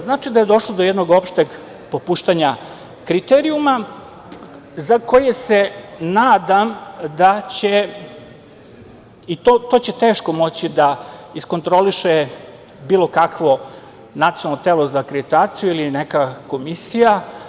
Znači da je došlo do jednog opšteg popuštanja kriterijuma za koji se nadam da će i to će teško moći da iskontroliše bilo kakvo nacionalno telo za akreditaciju ili neka komisija.